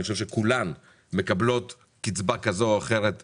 אני חושב שכולן מקבלות קצבה או אחרת מהמדינה.